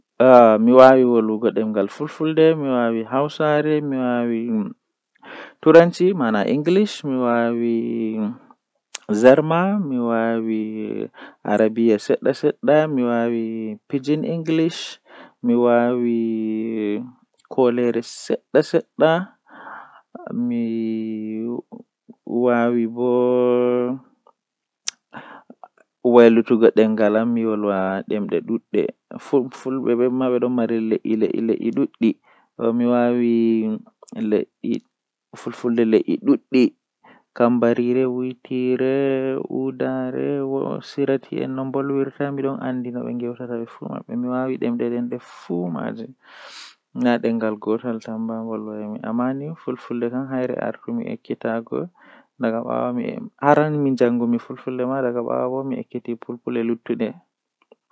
Eh didi fuu handi gomnati kam huwa amma ko handi lorna hakkilo masin kanjum woni hakkila be ummatoore woni nderwuro ummtoore nder wuro kambe woni gomnati hakkila be mabbe masin